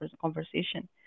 conversation